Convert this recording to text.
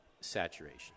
saturation